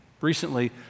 Recently